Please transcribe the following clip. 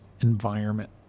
environment